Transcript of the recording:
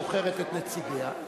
בוחרת את נציגיה,